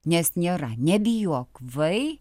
nes nėra nebijok vai